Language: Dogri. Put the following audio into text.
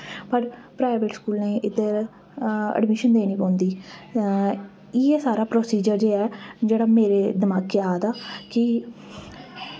पर प्राइवेट स्कूलें ई इद्धर एडमिशन देना पौंदी इ'यै सारा प्रोसीजर जेह्ड़ा मेरे दमाकै आये दा कि